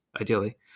ideally